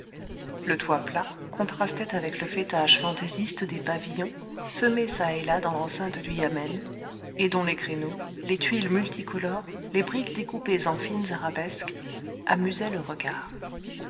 le toit plat contrastait avec le faîtage fantaisiste des pavillons semés çà et là dans l'enceinte du yamen et dont les créneaux les tuiles multicolores les briques découpées en fines arabesques amusaient le regard